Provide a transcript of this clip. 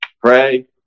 Pray